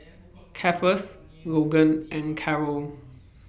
Cephus Logan and Karel